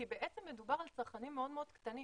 כי מדובר על צרכנים מאוד מאוד קטנים,